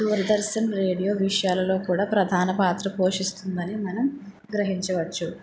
Doordarshan radio విషయాలలో కూడా ప్రధాన పాత్ర పోషిస్తుందని మనం గ్రహించవచ్చు